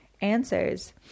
answers